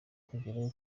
kugerayo